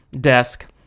Desk